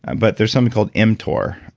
and but there's something called mtor.